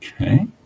Okay